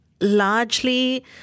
Largely